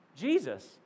Jesus